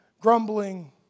grumbling